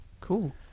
cool